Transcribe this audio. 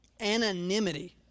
Anonymity